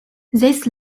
this